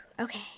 Okay